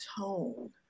tone